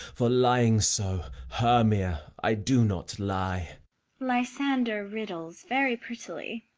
for lying so, hermia, i do not lie lysander riddles very prettily.